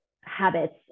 habits